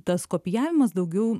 tas kopijavimas daugiau